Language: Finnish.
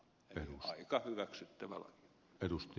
eli aika hyväksyttävä laki